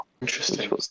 interesting